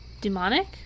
demonic